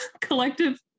collective